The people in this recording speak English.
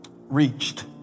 reached